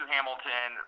Hamilton